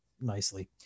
nicely